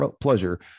pleasure